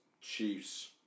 Chiefs